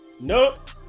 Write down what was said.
Nope